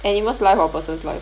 animals' life or a persons' life